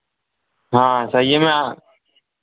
हाँ सर ये मैं